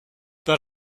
but